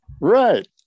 Right